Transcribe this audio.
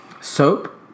Soap